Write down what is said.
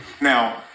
now